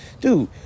dude